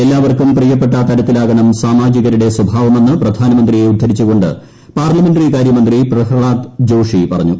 എല്ലാവർക്കും പ്രിയപ്പെട്ട തരത്തിലൂാക്ണം സാമാജികരുടെ സ്വഭാവമെന്ന് പ്രധാനമന്ത്രിയെ ഉദ്ധരിച്ചുകൊണ്ട് പാർലമെന്ററികാര്യമന്ത്രി പ്രഹ്നാദ് ജോഷി പറഞ്ഞു